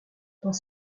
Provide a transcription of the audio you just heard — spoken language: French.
dans